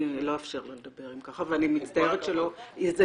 לא אאפשר לה לדבר אם ככה ואני מצטערת שלא --- עם כל הכבוד,